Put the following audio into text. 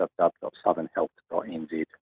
www.southernhealth.nz